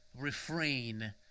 refrain